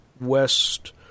west